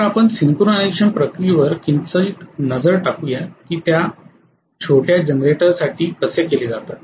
तर आपण सिंक्रोनाइझेशन प्रक्रियेवर किंचित नजर टाकूया की त्या छोट्या जनरेटरसाठी कसे केले जातात